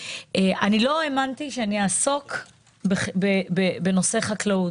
בלבד, לא האמנתי שאני אעסוק בנושא חקלאות.